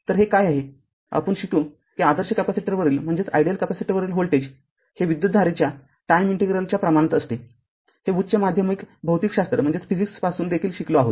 तर हे काय आहे आपण शिकू कि आदर्श कॅपेसिटरवरील व्होल्टेज हे विद्युतधारेच्या टाइम ईंटेग्रेलच्या प्रमाणात असते हे उच्च माध्यमिक भौतिकशास्त्र पासून देखील शिकलो आहोत